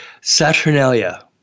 Saturnalia